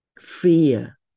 freer